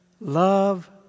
Love